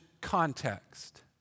context